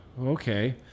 Okay